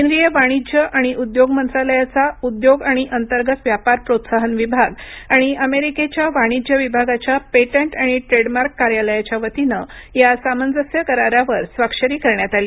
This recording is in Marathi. केंद्रीय वाणिज्य आणि उद्योग मंत्रालयाचा उद्योग आणि अंतर्गत व्यापार प्रोत्साहन विभाग आणि अमेरिकेच्या वाणिज्य विभागाच्या पेटंट आणि ट्रेडमार्क कार्यालयाच्या वतीनं या सामंजस्य करारावर स्वाक्षरी करण्यात आली